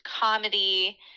comedy